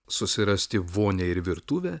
susirasti vonią ir virtuvę